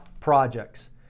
Projects